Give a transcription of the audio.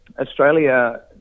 Australia